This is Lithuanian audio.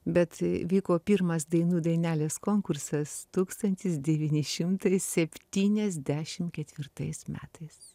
bet vyko pirmas dainų dainelės konkursas tūkstantis devyni šimtai septyniasdešim ketvirtais metais